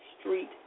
street